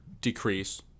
decrease